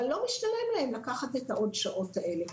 אבל לא משתלם להם לקחת את השעות הנוספות האלה.